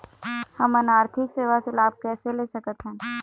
हमन आरथिक सेवा के लाभ कैसे ले सकथन?